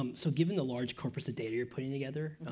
um so given the large corpus of data you're putting together,